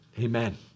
amen